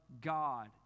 God